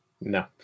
No